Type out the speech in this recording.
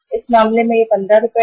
इस मामले में यह 15 रुपये है